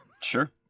Sure